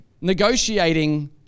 negotiating